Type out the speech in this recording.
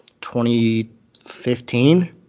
2015